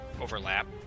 overlap